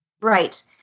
Right